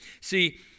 See